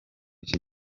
iki